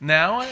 now